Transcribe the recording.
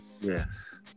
Yes